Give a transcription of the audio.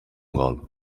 gol